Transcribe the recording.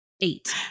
Eight